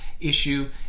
issue